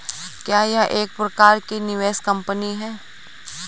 क्या यह एक प्रकार की निवेश कंपनी है?